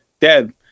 dead